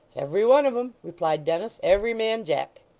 every one of em, replied dennis. every man jack